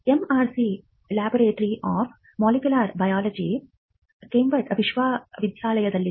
MRC laboratory of molecular biology Cambridge ವಿಶ್ವವಿದ್ಯಾಲಯದಲ್ಲಿದೆ